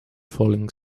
falling